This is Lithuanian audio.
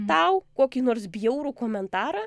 tau kokį nors bjaurų komentarą